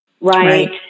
Right